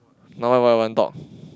now why why you want talk